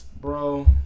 bro